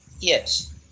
Yes